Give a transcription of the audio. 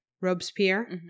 Robespierre